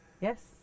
Yes